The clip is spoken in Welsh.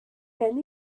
gen